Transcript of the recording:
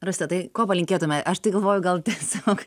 rosita tai ko palinkėtume aš tai galvoju gal tiesiog